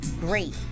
great